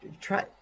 try